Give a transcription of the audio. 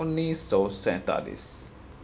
انیس سو سینتالیس